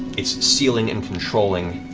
it's sealing and controlling,